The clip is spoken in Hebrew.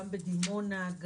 גם בדימונה,